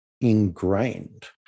ingrained